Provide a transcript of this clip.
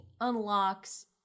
unlocks